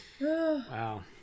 Wow